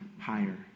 higher